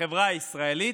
בחברה הישראלית,